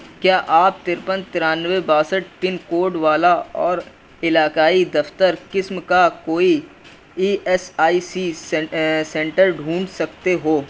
کیا آپ ترپن ترانوے باسٹھ پن کوڈ والا اور علاقائی دفتر قسم کا کوئی E S I C centre ڈھونڈ سکتے ہو